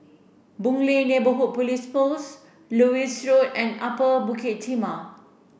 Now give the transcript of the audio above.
Boon Lay Neighbourhood Police Post Lewis Road and Upper Bukit Timah